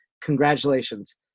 congratulations